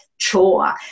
chore